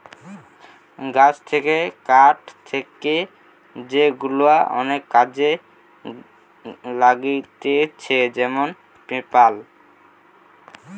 গাছ থেকে কাঠ কেটে সেগুলা অনেক কাজে লাগতিছে যেমন পেপার